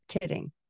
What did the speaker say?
kidding